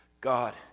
God